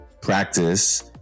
practice